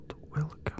welcome